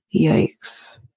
Yikes